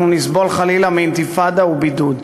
אנחנו נסבול חלילה מאינתיפאדה ובידוד,